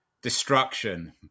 destruction